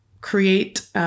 create